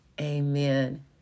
Amen